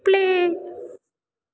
play